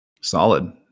Solid